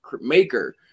maker